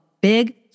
Big